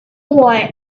boy